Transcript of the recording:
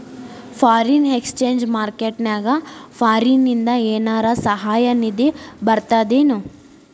Foreign exchange market ನ್ಯಾಗ ಫಾರಿನಿಂದ ಏನರ ಸಹಾಯ ನಿಧಿ ಬರ್ತದೇನು?